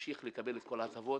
ממשיך לקבל את כל ההטבות.